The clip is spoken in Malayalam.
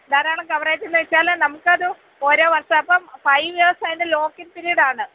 ധാരാളം കവറേജെന്ന് വെച്ചാൽ നമുക്കത് ഓരോ വർഷം അപ്പം ഫൈവ് ഇയേഴ്സ് അതിന്റെ ലോക്കിങ് പിരീഡാണ്